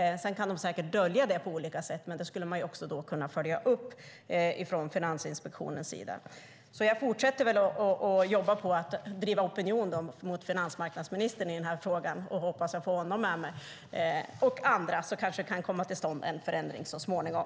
Sedan kan de säkert dölja det på olika sätt, men det kan följas upp från Finansinspektionens sida. Jag fortsätter att jobba på att driva opinion mot finansmarknadsministern i frågan och hoppas att jag får honom och andra med mig. Då kan det kanske kan komma till stånd en förändring så småningom.